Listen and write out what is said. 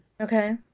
Okay